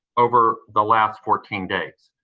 over the last fourteen days.